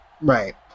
Right